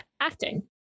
acting